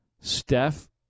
Steph